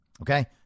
okay